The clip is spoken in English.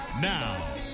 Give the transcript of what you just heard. Now